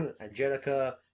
Angelica